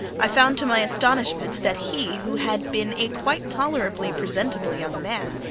i found to my astonishment that he, who had been a quite tolerably presentable young man,